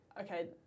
okay